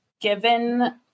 given